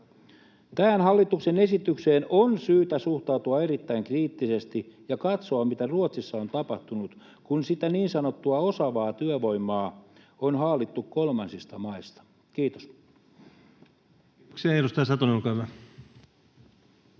Tähän hallituksen esitykseen on syytä suhtautua erittäin kriittisesti ja katsoa, mitä Ruotsissa on tapahtunut, kun sitä niin sanottua osaavaa työvoimaa on haalittu kolmansista maista. — Kiitos.